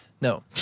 No